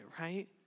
right